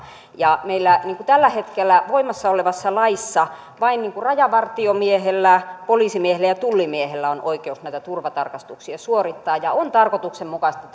meillä tällä hetkellä voimassa olevassa laissa vain rajavartiomiehellä poliisimiehellä ja tullimiehellä on oikeus näitä turvatarkastuksia suorittaa ja on tarkoituksenmukaista